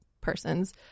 person's